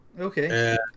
Okay